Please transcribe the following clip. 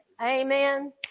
Amen